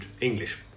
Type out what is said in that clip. English